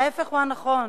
ההיפך הוא נכון,